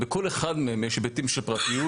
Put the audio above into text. בכל אחד מהם יש היבטים של פרטיות.